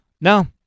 no